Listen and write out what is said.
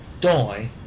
die